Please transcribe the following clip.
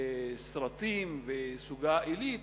בסרטים בסוגה עילית,